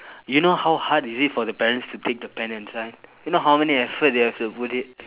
you know how hard is it for the parents to take the pen inside you know how many effort they have to put in